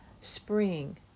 spring